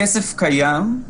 הכסף קיים.